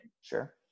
Sure